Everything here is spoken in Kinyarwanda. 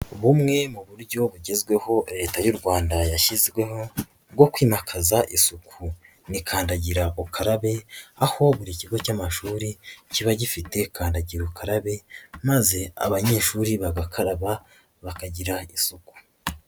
Bumwe mu buryo bugezweho Leta y'u Rwanda yashyizweho bwo kwimakaza isuku ni kandagira ukarabe aho buri kigo cy'amashuri kiba gifite kandagira ukarabe maze abanyeshuri bagakaraba bakagira isuku.